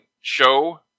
show